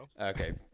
Okay